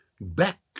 back